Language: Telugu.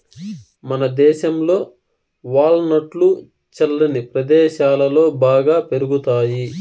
మనదేశంలో వాల్ నట్లు చల్లని ప్రదేశాలలో బాగా పెరుగుతాయి